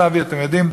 אתם יודעים,